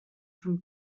from